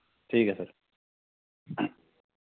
ठीक ऐ सर